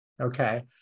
Okay